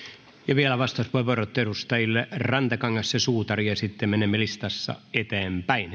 vielä vastauspuheenvuorot edustajille rantakangas ja suutari ja sitten menemme listassa eteenpäin